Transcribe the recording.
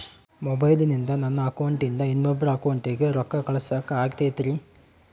ಮೊಬೈಲಿಂದ ನನ್ನ ಅಕೌಂಟಿಂದ ಇನ್ನೊಬ್ಬರ ಅಕೌಂಟಿಗೆ ರೊಕ್ಕ ಕಳಸಾಕ ಆಗ್ತೈತ್ರಿ?